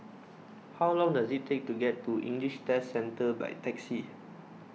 how long does it take to get to English Test Centre by taxi